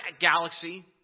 galaxy